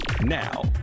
Now